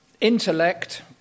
intellect